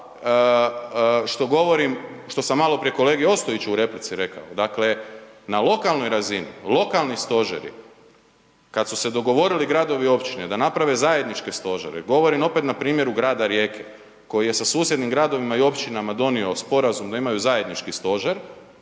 što sam malo prije kolegi Ostojiću u replici rekao, dakle na lokalnoj razini, lokalni stožeri, kad su se dogovorili gradovi i općine da naprave zajedničke stožere. Govorim opet na primjeru grada Rijeke koji je sa susjednim gradovima i općinama donio sporazum da imaju zajednički stožer